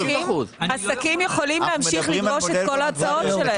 עסקים יכולים להמשיך לדרוש את כל ההוצאות שלהם.